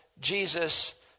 Jesus